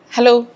Hello